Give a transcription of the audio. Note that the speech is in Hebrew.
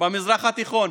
במזרח התיכון.